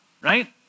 right